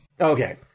Okay